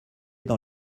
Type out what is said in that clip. dans